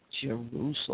Jerusalem